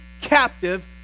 captive